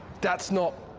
that's not.